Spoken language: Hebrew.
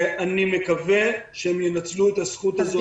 ואני מקווה שהם ינצלו את הזכות הזאת לעבוד.